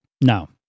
No